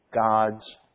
God's